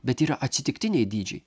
bet yra atsitiktiniai dydžiai